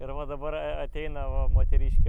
ir va dabar ateina va moteriškė